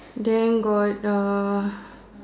then got